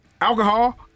alcohol